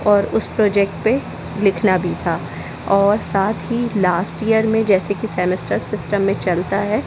और उस प्रोजेक्ट पे लिखना भी था और साथ ही लास्ट यर में जैसे कि सेमेस्टर सिस्टम में चलता है